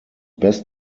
best